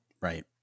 right